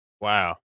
wow